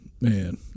Man